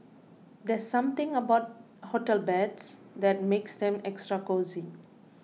there's something about hotel beds that makes them extra cosy